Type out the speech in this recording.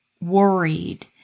worried